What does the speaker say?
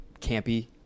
campy